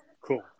cool